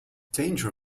danger